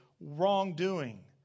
wrongdoing